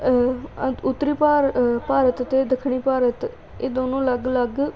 ਉੱਤਰੀ ਭਾਰ ਭਾਰਤ ਅਤੇ ਦੱਖਣੀ ਭਾਰਤ ਇਹ ਦੋਨੋਂ ਅਲੱਗ ਅਲੱਗ